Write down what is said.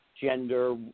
gender